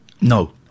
No